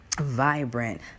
vibrant